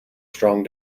strong